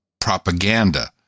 propaganda